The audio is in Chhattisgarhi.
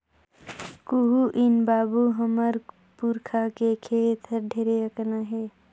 कुहू नइ बाबू, हमर पुरखा के खेत हर ढेरे अकन आहे